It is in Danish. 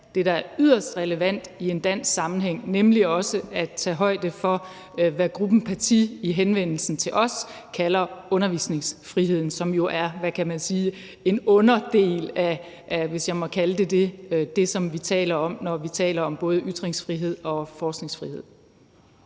det, der er yderst relevant – i en dansk sammenhæng, også at tage højde for, hvad Gruppen Paty i henvendelsen til os kalder undervisningsfriheden, som jo er, hvad kan man sige, en underdel, hvis jeg må kalde det det, af det, som vi taler om, når vi taler om både ytringsfrihed og forskningsfrihed.